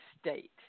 state